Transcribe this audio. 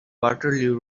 waterloo